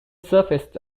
surfaced